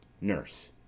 Nurse